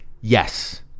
Yes